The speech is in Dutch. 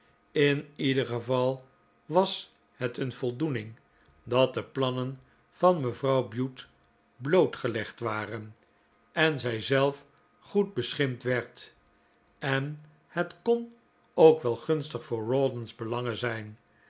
in ieder geval was het een voldoening dat de plannen van mevrouw bute blootgelegd waren en zijzelf goed beschimpt werd en het i kon ook wel gunstig voor rawdon's belangen zijn